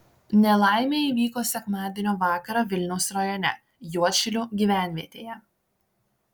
nelaimė įvyko sekmadienio vakarą vilniaus rajone juodšilių gyvenvietėje